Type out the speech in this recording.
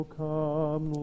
come